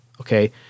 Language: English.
Okay